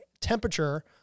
temperature